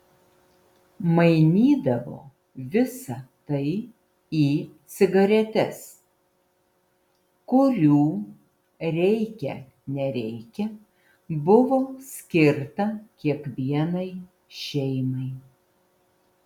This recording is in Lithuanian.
mainydavo visa tai į cigaretes kurių reikia nereikia buvo skirta kiekvienai šeimai